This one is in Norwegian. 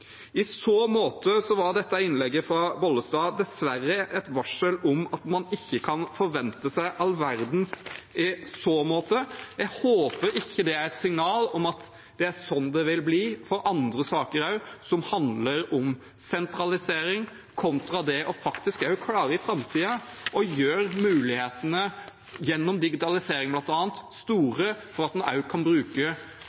I så måte var innlegget fra representanten Bollestad dessverre et varsel om at en ikke kan forvente seg all verdens. Jeg håper ikke det er et signal om at det er sånn det vil bli også i andre saker som handler om sentralisering, kontra det å klare å gjøre mulighetene i framtiden, bl.a. gjennom digitalisering,